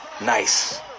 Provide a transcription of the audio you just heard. Nice